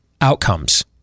outcomes